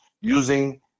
using